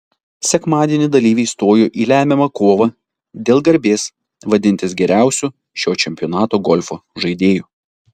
sekmadienį dalyviai stojo į lemiamą kovą dėl garbės vadintis geriausiu šio čempionato golfo žaidėju